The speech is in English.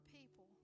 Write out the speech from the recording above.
people